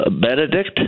Benedict